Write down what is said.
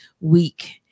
week